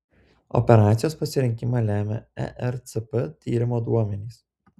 operacijos pasirinkimą lemia ercp tyrimo duomenys